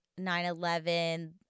9-11